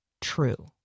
true